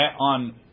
on